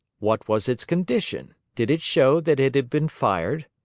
what was its condition? did it show that it had been fired?